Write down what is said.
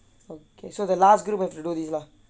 okay so the last group have to do this lah